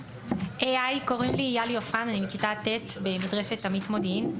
היי, אני בכיתה ט', במדרשת "אמית" מודיעין.